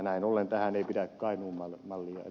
näin ollen tähän ei pidä kainuun mallia ed